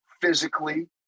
physically